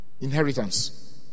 inheritance